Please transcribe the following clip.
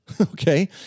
okay